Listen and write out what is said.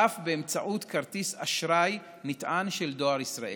ואף באמצעות כרטיס אשראי נטען של דואר ישראל.